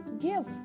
Give